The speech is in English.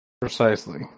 Precisely